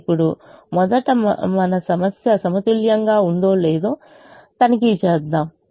ఇప్పుడు మొదట మన సమస్య సమతుల్యంగా ఉందో లేదో తనిఖీ చేద్దాం